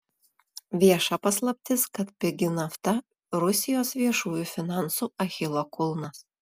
vieša paslaptis kad pigi nafta rusijos viešųjų finansų achilo kulnas